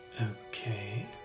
Okay